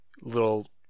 little